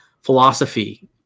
philosophy